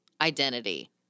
identity